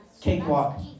cakewalk